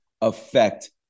affect